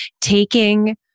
taking